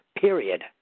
period